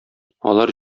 алар